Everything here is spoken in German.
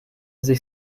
sich